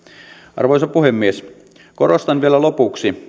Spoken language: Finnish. arvoisa puhemies korostan vielä lopuksi